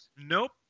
Nope